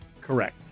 Correct